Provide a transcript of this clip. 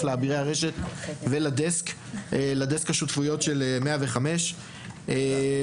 לאבירי הרשת ולדסק השותפויות של 105. תודה רבה.